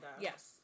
Yes